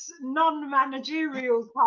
non-managerial